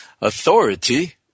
Authority